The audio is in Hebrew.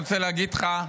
אני רוצה להגיד לך,